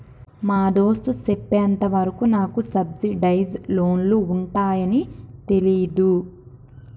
మా దోస్త్ సెప్పెంత వరకు నాకు సబ్సిడైజ్ లోన్లు ఉంటాయాన్ని తెలీదు